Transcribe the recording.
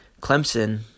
Clemson